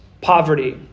poverty